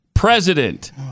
President